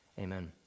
Amen